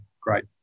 great